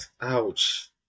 ouch